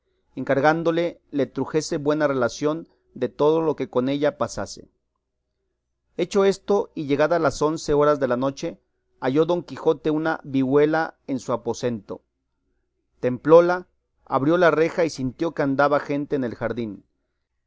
encargándole le trujese buena relación de todo lo que con ella pasase hecho esto y llegadas las once horas de la noche halló don quijote una vihuela en su aposento templóla abrió la reja y sintió que andaba gente en el jardín